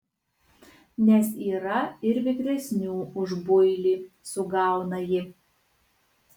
nes yra ir vikresnių už builį sugauna ji